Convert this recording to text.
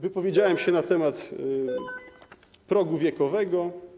Wypowiedziałem się na temat progu wiekowego.